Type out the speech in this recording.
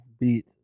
beat